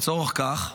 לצורך כך,